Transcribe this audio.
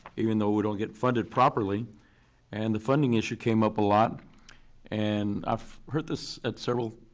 even though we don't get funded properly and the funding issue came up a lot and i've heard this at several